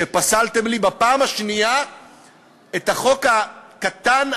שפסלתם לי בפעם השנייה את החוק הקטן,